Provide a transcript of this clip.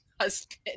husband